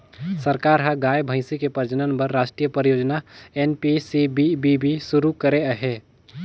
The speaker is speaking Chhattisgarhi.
सरकार ह गाय, भइसी के प्रजनन बर रास्टीय परियोजना एन.पी.सी.बी.बी सुरू करे हे